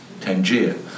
Tangier